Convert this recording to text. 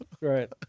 Right